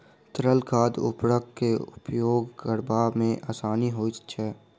तरल खाद उर्वरक के उपयोग करबा मे आसानी होइत छै